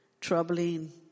troubling